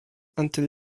until